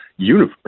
universe